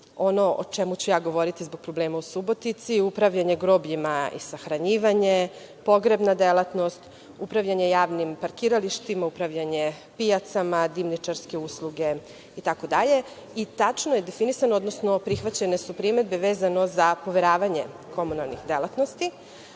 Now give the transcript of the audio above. Ono o čemu ću ja govoriti zbog problema u Subotici je upravljanje grobljima i sahranjivanje, pogrebna delatnost, upravljanje javnim parkiralištima, upravljanje pijacama, dimnjačarske usluge i tako dalje. Tačno je definisano, odnosno prihvaćene su primedbe vezano za poveravanje komunalnih delatnosti.